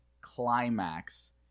climax